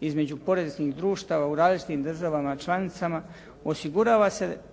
između poreznih društava u različitim državama članicama osigurava se